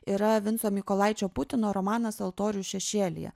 yra vinco mykolaičio putino romanas altorių šešėlyje